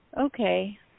Okay